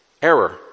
Error